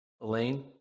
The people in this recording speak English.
Elaine